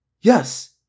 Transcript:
Yes